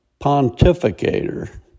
pontificator